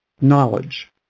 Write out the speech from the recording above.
Knowledge